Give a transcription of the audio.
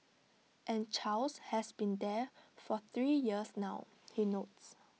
and Charles has been there for three years now he notes